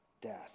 death